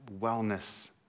wellness